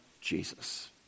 Jesus